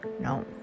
no